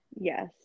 Yes